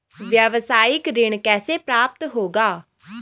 व्यावसायिक ऋण कैसे प्राप्त होगा?